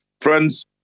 Friends